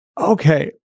okay